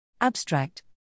Abstract